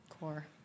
core